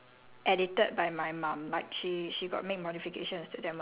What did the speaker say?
!wah! I can't think of anything okay most of my clothes right have been